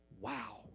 Wow